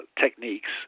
techniques